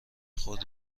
خود